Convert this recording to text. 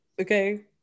Okay